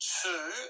two